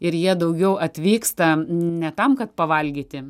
ir jie daugiau atvyksta ne tam kad pavalgyti